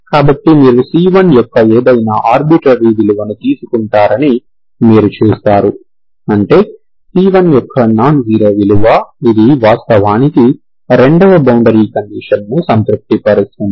కాబట్టి మీరు c1 యొక్క ఏదైనా ఆర్బిట్రరీ విలువను తీసుకుంటారని మీరు చూస్తారు అంటే c1 యొక్క నాన్ జీరో విలువ ఇది వాస్తవానికి 2వ బౌండరీ కండీషన్ ని సంతృప్తిపరుస్తుంది